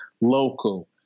local